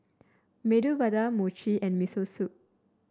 Medu Vada Mochi and Miso Soup